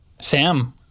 Sam